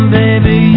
baby